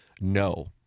no